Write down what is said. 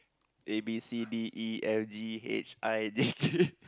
A B C D E F G H I J K